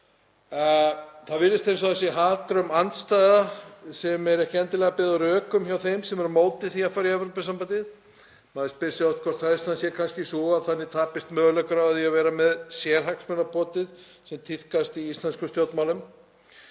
Það er eins og það sé hatrömm andstaða sem er ekki endilega byggð á rökum hjá þeim sem eru á móti því að fara í Evrópusambandið. Maður spyr sig hvort hræðslan sé kannski sú að þannig tapist möguleikar á því að vera með sérhagsmunapotið sem tíðkast í íslenskum stjórnmálum.